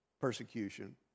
persecution